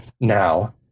now